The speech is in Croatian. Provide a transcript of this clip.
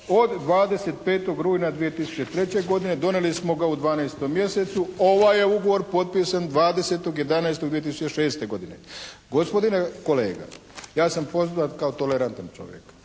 od 25. rujna 2003. godine, donijeli smo ga u 12. mjesecu, ovaj je ugovor potpisan 20.11.2006. godine. Gospodine kolega, ja sam poznat kao tolerantna čovjek,